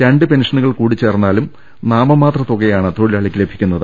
രണ്ട് പെൻഷനുകൾ കൂടിച്ചേർന്നാലും നാമമാത്ര തുകയാണ് തൊഴിലാളിക്ക് ലഭിക്കുന്നത്